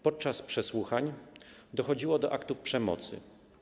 Podczas przesłuchań dochodziło do aktów przemocy.